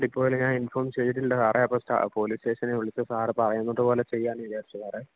ഡിപ്പോയിൽ ഞാൻ ഇൻഫോം ചെയ്തില്ല സാറേ അപ്പം പോലീസ് സ്റ്റേഷനിൽ വിളിച്ച് സാറ് പറയുന്നത് പോലെ ചെയ്യാമെന്ന് വിചാരിച്ചു സാറേ